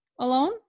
alone